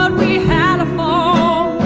had a fall